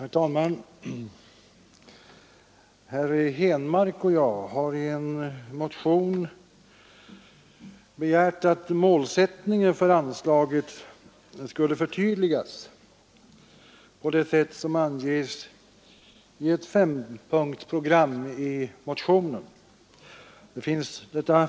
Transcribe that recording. Herr talman! Herr Henmark och jag har i motionen 605 hemställt att riksdagen beslutar att målsättningen för anslaget Upplysning om alkoholoch narkotikaproblemen förtydligas på det sätt som anges i ett i motionen upptaget fempunktsprogram.